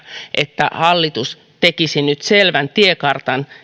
että hallitus tekisi nyt selvän tiekartan